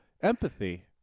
Empathy